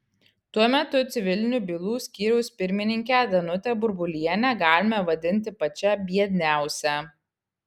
tuo metu civilinių bylų skyriaus pirmininkę danutę burbulienę galime vadinti pačia biedniausia